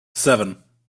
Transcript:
seven